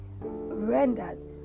renders